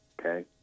Okay